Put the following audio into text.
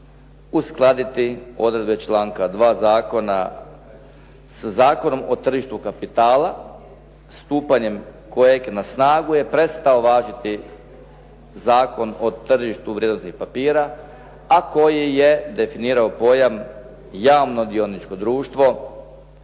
uskladiti odredbe članka 2. Zakona sa Zakonom o tržištu kapitala stupanjem kojeg na snagu je prestao važiti Zakon o tržištu vrijednosnih papira, a koji je definirao pojam javno dioničko društvo